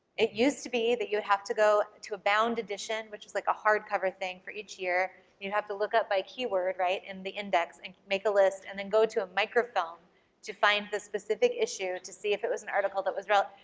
it used to be that you'd have to go to a bound edition, which is like a hardcover thing for each year, and you'd have to look up by keyword, right, in the index and make a list and then go to a microfilm to find the specific issue to see if it was an article that was relevant.